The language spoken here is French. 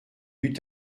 eût